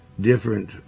different